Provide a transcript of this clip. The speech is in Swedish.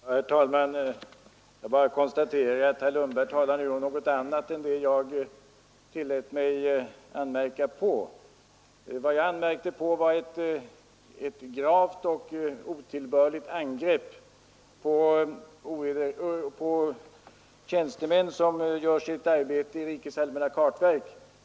Herr talman! Jag bara konstaterar att herr Lundberg nu talar om något annat än det jag tillät mig anmärka på. Vad jag anmärkte på var ett gravt och otillbörligt angrepp mot tjänstemän som gör sitt arbete i rikets allmänna kartverk.